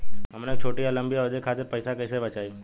हमन के छोटी या लंबी अवधि के खातिर पैसा कैसे बचाइब?